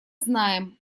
знаем